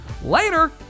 Later